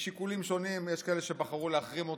משיקולים שונים יש כאלה שבחרו להחרים אותי,